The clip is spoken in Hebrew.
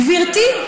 גברתי,